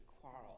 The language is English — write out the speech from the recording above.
quarrel